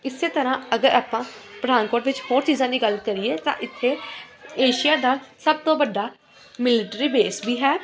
ਇਸੇ ਤਰ੍ਹਾਂ ਅਗਰ ਆਪਾਂ ਪਠਾਨਕੋਟ ਵਿੱਚ ਹੋਰ ਚੀਜ਼ਾਂ ਦੀ ਗੱਲ ਕਰੀਏ ਤਾਂ ਇੱਥੇ ਏਸ਼ੀਆ ਦਾ ਸਭ ਤੋਂ ਵੱਡਾ ਮਿਲਟਰੀ ਬੇਸ ਵੀ ਹੈ